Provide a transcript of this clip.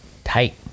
Tight